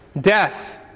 Death